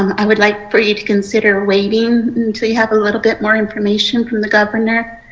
i would like for you to consider waiting until you have a little bit more information from the governor.